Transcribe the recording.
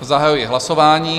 Zahajuji hlasování.